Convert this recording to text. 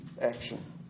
action